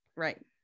right